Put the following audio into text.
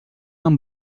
amb